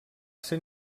ser